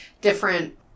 different